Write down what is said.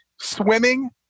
Swimming